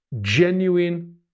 genuine